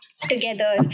together